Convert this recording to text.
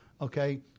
Okay